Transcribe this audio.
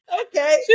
Okay